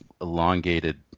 elongated